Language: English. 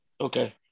Okay